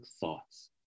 thoughts